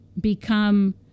become